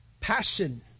Passion